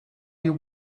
you